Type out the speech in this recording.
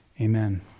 Amen